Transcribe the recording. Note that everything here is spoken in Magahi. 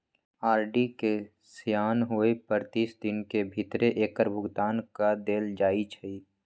आर.डी के सेयान होय पर तीस दिन के भीतरे एकर भुगतान क देल जाइ छइ